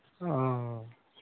ᱚᱼᱚ